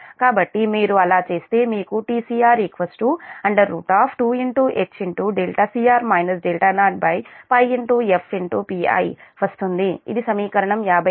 కాబట్టి మీరు అలా చేస్తే మీకు tcr 2HπfPi వస్తుంది ఇది సమీకరణం 54